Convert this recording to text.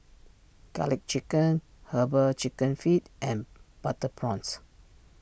Garlic Chicken Herbal Chicken Feet and Butter Prawns